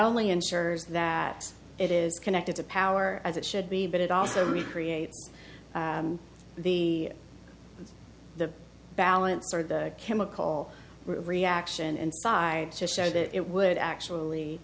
only ensures that it is connected to power as it should be but it also recreates the the balance or the chemical reaction inside to show that it would actually